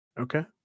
Okay